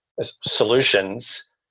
solutions